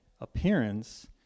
appearance